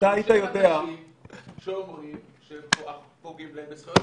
אנשים הודעות על כך שפוגעים להם בזכויות